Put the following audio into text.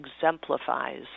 exemplifies